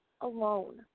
alone